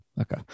Okay